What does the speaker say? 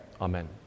Amen